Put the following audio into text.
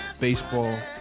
baseball